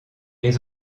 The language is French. les